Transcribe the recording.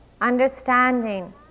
understanding